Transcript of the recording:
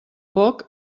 poc